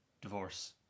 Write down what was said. divorce